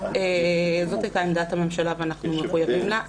זאת הייתה עמדת הממשלה ואנחנו מחויבים לה.